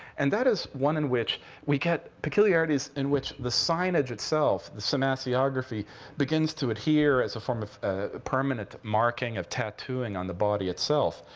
and that is one in which we get peculiarities in which the signage itself, semasiograpy begins to adhere as a form of permanent marking, of tattooing, on the body itself.